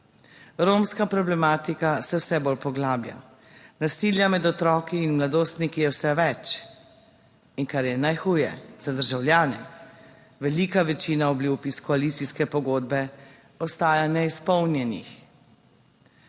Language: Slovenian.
Romska problematika se vse bolj poglablja, nasilja med otroki in mladostniki je vse več. In kar je najhuje za državljane, velika večina obljub iz koalicijske pogodbe ostaja neizpolnjenih.